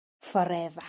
forever